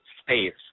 space